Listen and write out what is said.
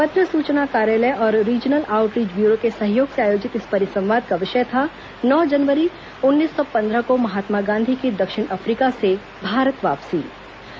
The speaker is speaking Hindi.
पत्र सूचना कार्यालय और रीजनल आऊटरीच ब्यूरो के सहयोग से आयोजित इस परिसंवाद का विषय था नौ जनवरी उन्नीस सौ पंद्रह को महात्मा गांधी की देक्षिण अफ्रीका से भारत वापसी